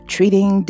treating